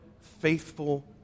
faithful